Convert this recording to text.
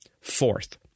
Fourth